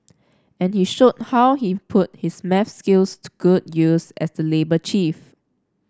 and he showed how he put his maths skills to good use as the labour chief